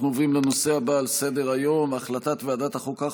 אנחנו עוברים לנושא הבא על סדר-היום: החלטת ועדת החוקה,